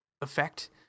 effect